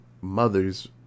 mother's